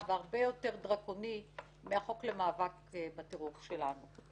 והרבה יותר דרקוני מהחוק למאבק בטרור שלנו.